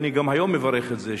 ואני גם היום מברך את זה,